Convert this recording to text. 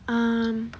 um